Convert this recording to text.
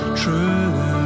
true